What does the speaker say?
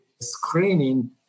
screening